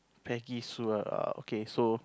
Peggy Sue uh okay so